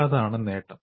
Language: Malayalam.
അതാണ് നേട്ടം